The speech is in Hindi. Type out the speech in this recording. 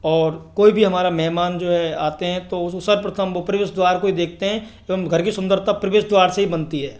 और कोई भी हमारा मेहमान जो है आते हैं तो उस सर्वप्रथम वो प्रवेश द्वार को ही देखते हैं एवं घर की सुंदरता प्रवेश द्वार से ही बनती है